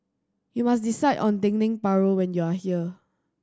you must decide on Dendeng Paru when you are here